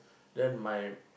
then my